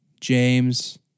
James